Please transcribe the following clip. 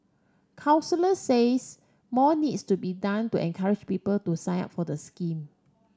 counsellors says more needs to be done to encourage people to sign up for the scheme